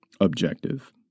objective